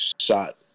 shot